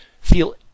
feel